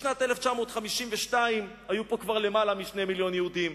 בשנת 1952 היו פה כבר יותר מ-2 מיליוני יהודים,